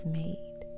made